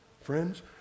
Friends